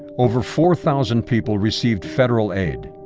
over four thousand people received federal aid.